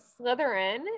Slytherin